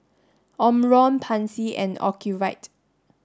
Omron Pansy and Ocuvite